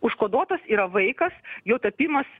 užkoduotas yra vaikas jo tapimas